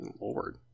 Lord